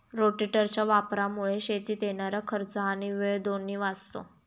रोटेटरच्या वापरामुळे शेतीत येणारा खर्च आणि वेळ दोन्ही वाचतो